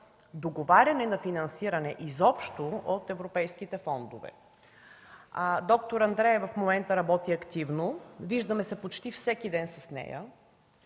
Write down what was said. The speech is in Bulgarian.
договаряне на финансиране изобщо от европейските фондове. Доктор Андреева в момента работи активно, виждаме се почти всеки ден с нея,